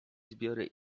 zbiory